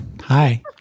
Hi